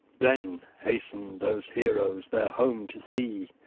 then hastened those heroes their home to see,